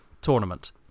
tournament